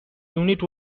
unit